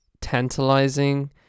tantalizing